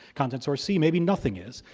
content source c, maybe nothing is.